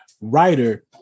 writer